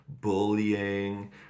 bullying